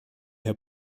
herr